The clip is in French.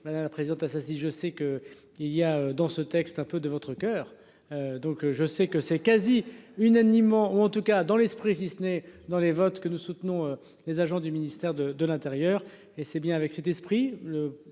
voté la présidente ça si je sais que il y a dans ce texte, un peu de votre coeur. Donc je sais que c'est quasi unanimement, ou en tout cas dans l'esprit, si ce n'est dans les votes que nous soutenons les agents du ministère de de l'intérieur et c'est bien avec cet esprit